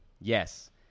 Yes